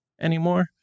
anymore